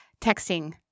texting